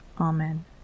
Amen